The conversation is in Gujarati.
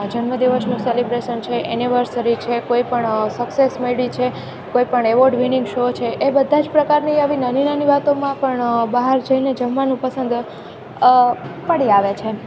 જન્મ દિવસનું સેલિબ્રેશન છે એનિવર્સરી છે કોઈપણ સક્સેસ મેળવી છે કોઈપણ એવોર્ડ વિનિગ શો છે એ બધા જ પ્રકારની આવી નાની નાની વાતોમાં પણ બહાર જઈને જમવાનું પસંદ પડી આવે છે એમ